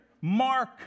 mark